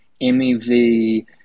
MEV